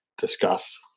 Discuss